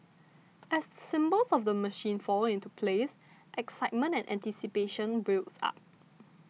as the symbols of the machine fall into place excitement and anticipation builds up